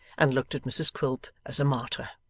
and looked at mrs quilp as a martyr.